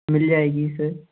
मिल जाएगी सर